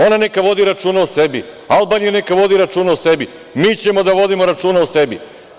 Ona neka vodi računa o sebi, Albanija neka vodi računa o sebi, mi ćemo da vodimo računa o sebi.